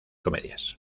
comedias